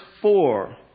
four